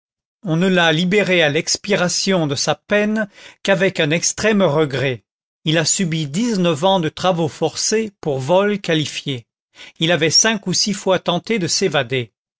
on ne l'a libéré à l'expiration de sa peine qu'avec un extrême regret il a subi dix-neuf ans de travaux forcés pour vol qualifié il avait cinq ou six fois tenté de s'évader